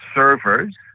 servers